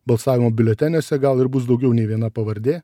balsavimo biuleteniuose gal ir bus daugiau nei viena pavardė